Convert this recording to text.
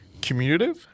commutative